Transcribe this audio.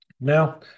Now